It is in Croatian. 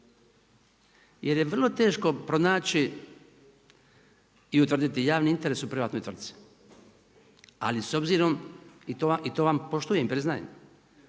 jer je vrlo teško pronaći i utvrditi javni interes u privatnoj tvrtci. Ali s obzirom i to vam priznajem,